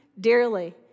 dearly